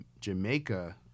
Jamaica